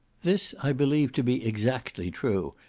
this i believe to be exactly true,